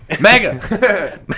Mega